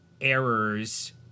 errors